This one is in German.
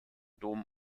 dom